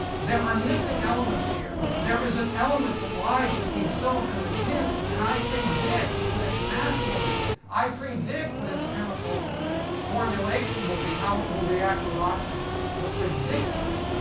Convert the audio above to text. there are missing elements here. there is an element that lies between silicon and tin, and i predict what it's mass will be. i predict what it's chemical formulation will be, how it will react with oxygen. the predictions.